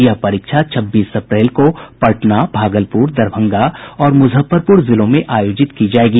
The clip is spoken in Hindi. यह परीक्षा छब्बीस अप्रैल को पटना भागलपुर दरभंगा और मुजफ्फरपूर जिलों में आयोजित की जायेगी